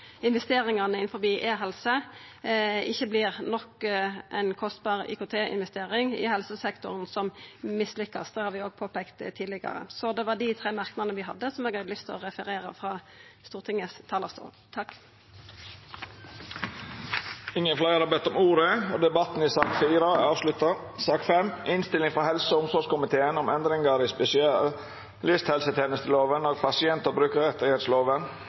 investeringane innanfor e-helse ikkje vert nok ei kostbar IKT-investering i helsesektoren som vert mislykka. Det har vi òg påpeikt tidlegare. Det var dei tre merknadene vi hadde, og som eg hadde lyst til å referera frå Stortingets talarstol. Fleire har ikkje bedt om ordet til sak nr. 4. Etter ynske frå komiteen vil presidenten ordna debatten slik: 5 minutt til kvar partigruppe og